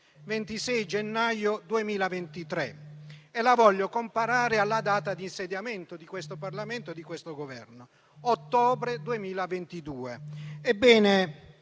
26 gennaio 2023. La voglio comparare alla data di insediamento di questo Parlamento e di questo Governo: ottobre 2022.